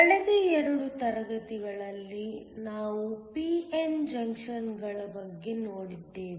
ಕಳೆದ ಎರಡು ತರಗತಿಗಳಲ್ಲಿ ನಾವು p n ಜಂಕ್ಷನ್ಗಳ ಬಗ್ಗೆ ನೋಡಿದ್ದೇವೆ